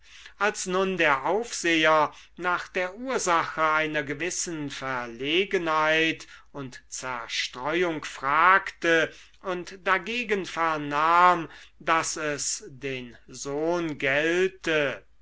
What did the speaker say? als nun der aufseher nach der ursache einer gewissen verlegenheit und zerstreuung fragte und dagegen vernahm daß es den sohn gelte